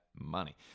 money